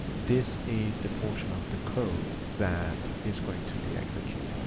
this is the portion of the code that is going to be executed.